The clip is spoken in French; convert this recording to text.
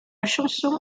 chanson